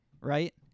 right